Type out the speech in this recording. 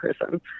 person